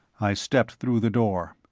i stepped through the door.